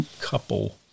couple